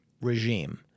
regime